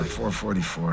4:44